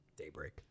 Daybreak